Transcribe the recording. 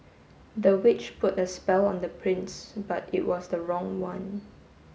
the witch put a spell on the prince but it was the wrong one